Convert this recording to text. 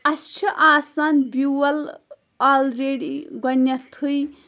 اَسہِ چھُ آسان بیول آلریٚڈی گۄڈنٮ۪تھٕے